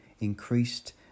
increased